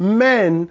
men